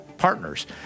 partners